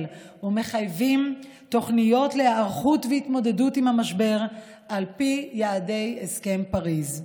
ומחייבים תוכניות להיערכות ולהתמודדות עם המשבר על פי יעדי הסכם פריז.